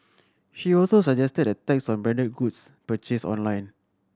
she also suggested a tax on branded goods purchased online